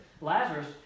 Lazarus